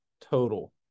total